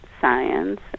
science